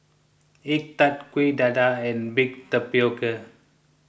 Egg Tart Kuih Dadar and Baked Tapioca